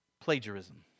Plagiarism